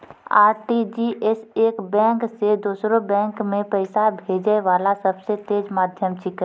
RTGS एक bank से दोसरो बैंक मे पैसा भेजै वाला सबसे तेज माध्यम छिकै